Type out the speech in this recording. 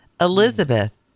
Elizabeth